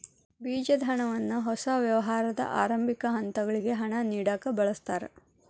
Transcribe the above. ಬೇಜದ ಹಣವನ್ನ ಹೊಸ ವ್ಯವಹಾರದ ಆರಂಭಿಕ ಹಂತಗಳಿಗೆ ಹಣ ನೇಡಕ ಬಳಸ್ತಾರ